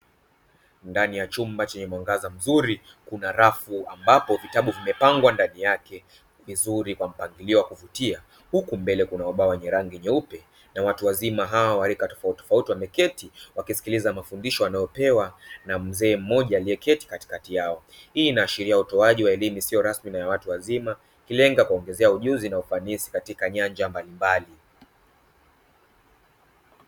Ndani ya chumba chenye mwangaza mzuri, kuna rafu ambapo vitabu vimepangwa ndani yake vizuri kwa mpangilio wa kuvutia. Huku mbele kuna ubao mweupe. Watu wazima hao wa rika tofautitofauti wameketi huku wanasikiliza mafundisho wanayopewa na mzee mmoja aliyeketi katikati yao. Hii inaashiria utoaji wa elimu isiyo rasmi na ya watu wazima, ikilenga kuwaongezea ujuzi na ufanisi katika nyanja mbalimbali.